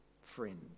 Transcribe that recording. friend